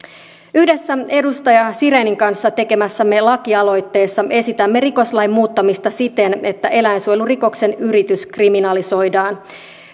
yhdessä edustaja sirenin kanssa tekemässämme lakialoitteessa esitämme rikoslain muuttamista siten että eläinsuojelurikoksen yritys kriminalisoidaan